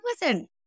listen